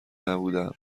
نبودهام